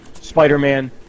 Spider-Man